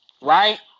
Right